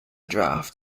draft